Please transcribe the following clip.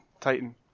titan